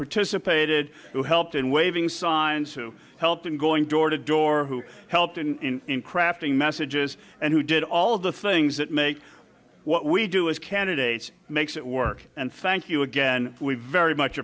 participated who helped in waving signs who helped in going door to door who helped in in crafting messages and who did all of the things that make what we do as candidates makes it work and thank you again we very much